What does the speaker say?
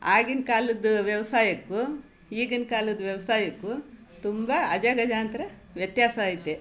ಆಗಿನ ಕಾಲದ್ದು ವ್ಯವಸಾಯಕ್ಕೂ ಈಗಿನ ಕಾಲದ್ದು ವ್ಯವಸಾಯಕ್ಕೂ ತುಂಬ ಅಜಗಜಾಂತರ ವ್ಯತ್ಯಾಸ ಐತೆ